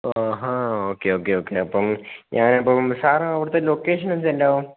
ഓ ഹാ okay okay okay അപ്പം ഞാനപ്പം സാര് അവിടുത്തെ ലൊക്കേഷനൊന്ന് സെൻഡ് ചെയ്യാമോ